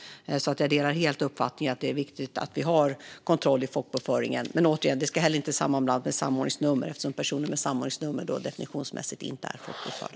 Jag delar alltså helt uppfattningen att det är viktigt att vi har kontroll i folkbokföringen. Men återigen, det ska inte sammanblandas med samordningsnummer, eftersom personer som har samordningsnummer definitionsmässigt inte är folkbokförda.